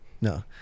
No